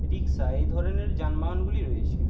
রিক্সা এই ধরণের যানবাহনগুলি রয়েছে